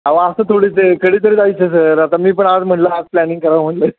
अहो असं थोडंच आहे कधीतरी जायचं सर आता मी पण आज म्हटलं आज प्लॅनिंग करावं म्हटलं आहे